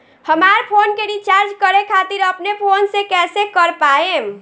हमार फोन के रीचार्ज करे खातिर अपने फोन से कैसे कर पाएम?